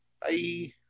Bye